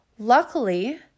Luckily